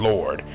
Lord